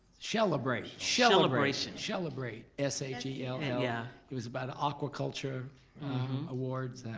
shellebrate. shellebration. shellebrate. s h e l l yeah. it was about aquaculture awards,